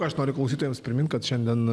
aš noriu klausytojams primint kad šiandien